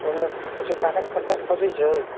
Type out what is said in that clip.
तऽ ओहिमे किछु कागज पत्तर खोजै छै